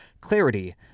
clarity